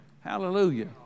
Hallelujah